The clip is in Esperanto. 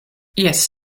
jes